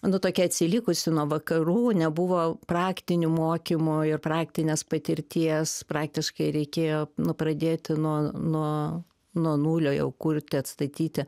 nu tokia atsilikusi nuo vakarų nebuvo praktinių mokymų ir praktinės patirties praktiškai reikėjo nu pradėti nuo nuo nuo nulio jau kurti atstatyti